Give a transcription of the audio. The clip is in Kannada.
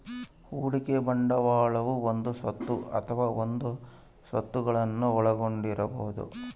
ಹೂಡಿಕೆ ಬಂಡವಾಳವು ಒಂದೇ ಸ್ವತ್ತು ಅಥವಾ ಬಹು ಸ್ವತ್ತುಗುಳ್ನ ಒಳಗೊಂಡಿರಬೊದು